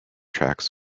tracks